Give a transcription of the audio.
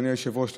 אדוני היושב-ראש,